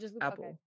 apple